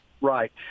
right